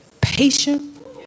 patient